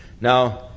Now